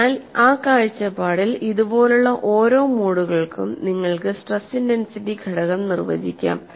അതിനാൽ ആ കാഴ്ചപ്പാടിൽ ഇതുപോലുള്ള ഓരോ മോഡുകൾക്കും നിങ്ങൾക്ക് സ്ട്രെസ് ഇന്റൻസിറ്റി ഘടകം നിർവചിക്കാം